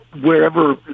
wherever